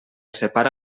separa